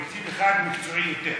רוצים אחד מקצועי יותר.